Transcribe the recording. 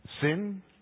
Sin